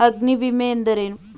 ಅಗ್ನಿವಿಮೆ ಎಂದರೇನು?